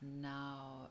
now